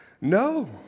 No